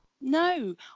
no